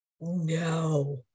No